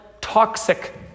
toxic